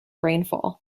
rainfall